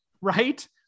right